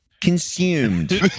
Consumed